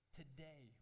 today